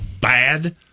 bad